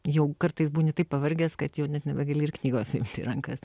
jau kartais būni taip pavargęs kad jau net nebegali ir knygos imti į rankas